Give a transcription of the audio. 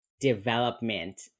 development